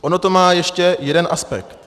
Ono to má ještě jeden aspekt.